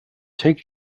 take